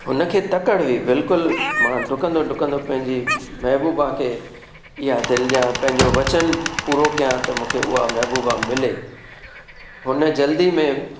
उन खे तकड़ि हुई बिल्कुलु मां ॾुकंदो ॾुकंदो पंहिंजी महबूबा खे इहा दिलि ॾियां पंहिंजो वचनु पूरो कयां त मूंखे उहा महबूबा मिले हुन जल्दी में